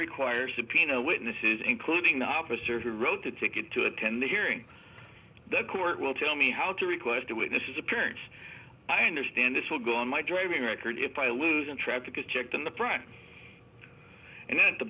require subpoena witnesses including the officer who wrote the ticket to attend the hearing the court will tell me how to request the witnesses appearance i understand this will go on my driving record if i lose and traffic is checked in the front and at the